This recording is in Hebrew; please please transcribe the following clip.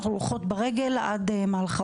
אנחנו הולכות ברגל עד מלחה.